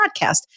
podcast